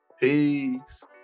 Peace